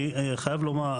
אני חייב לומר,